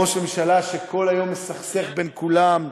ראש ממשלה שכל היום מסכסך בין כולם.